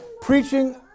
preaching